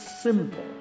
simple